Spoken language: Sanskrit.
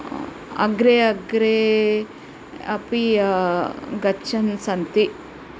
अग्रे अग्रे अपि गच्छन् सन्ति